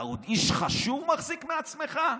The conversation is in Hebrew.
אתה עוד איש חשוב מחזיק מעצמך?